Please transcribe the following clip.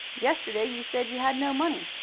yesterday you said you had no money